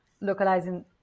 localizing